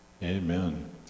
Amen